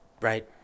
right